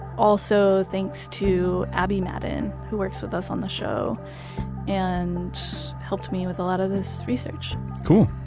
also, thanks to abby madden who works with us on the show and helped me with a lot of this research cool.